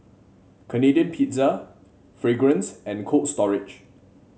Canadian Pizza Fragrance and Cold Storage